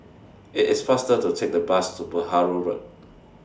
IT IS faster to Take The Bus to Perahu Road